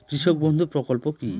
কৃষক বন্ধু প্রকল্প কি?